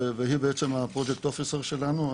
והיא בעצם ה project officer- שלנו,